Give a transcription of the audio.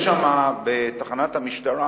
יש שם בתחנת המשטרה,